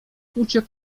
uciekł